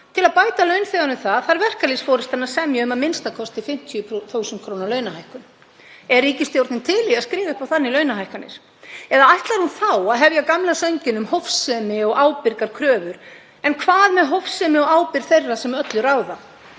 Til að bæta launþegum það þarf verkalýðsforystan að semja um a.m.k. 50.000 kr. launahækkun. Er ríkisstjórnin til í að skrifa upp á þannig launahækkanir eða ætlar hún þá að hefja gamla sönginn um hófsemi og ábyrgar kröfur? En hvað með hófsemi og ábyrgð þeirra sem öllu ráða?